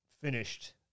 finished